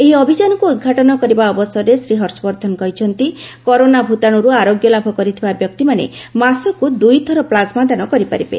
ଏହି ଅଭିଯାନକୁ ଉଦ୍ଘାଟନ କରିବା ଅବସରରେ ଶ୍ରୀ ହର୍ଷବର୍ଦ୍ଧନ କହିଛନ୍ତି କରୋନା ଭୂତାଣୁରୁ ଆରୋଗ୍ୟ ଲାଭ କରିଥିବା ବ୍ୟକ୍ତିମାନେ ମାସକୁ ଦୁଇଥର ପ୍ଲାଜମା ଦାନ କରିପାରିବେ